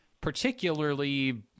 particularly